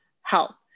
help